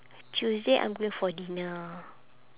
tuesday I'm going for dinner